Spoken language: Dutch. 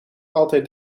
altijd